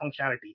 functionality